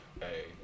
Hey